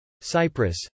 Cyprus